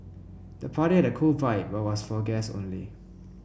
the party had a cool vibe but was for guests only